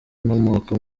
inkomoko